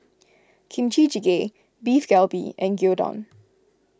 Kimchi Jjigae Beef Galbi and Gyudon